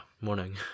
morning